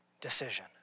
decision